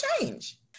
change